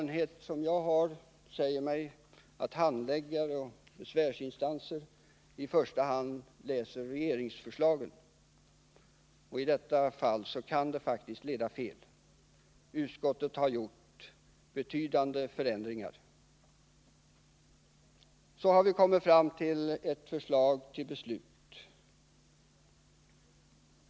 All min erfarenhet säger mig att handläggare och besvärsinstanser i första hand läser regeringsförslagen. I detta fall kan det faktiskt leda fel. Utskottet har gjort betydande ändringar. Så har vi kommit fram till ett förslag till beslut.